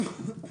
תקריאו רגע.